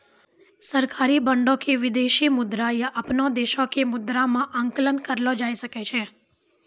सरकारी बांडो के विदेशी मुद्रा या अपनो देशो के मुद्रा मे आंकलन करलो जाय सकै छै